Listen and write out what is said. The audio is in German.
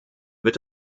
wird